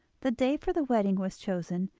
the day for the wedding was chosen,